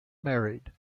married